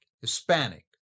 Hispanic